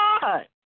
God